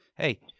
Hey